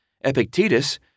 Epictetus